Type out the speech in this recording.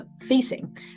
facing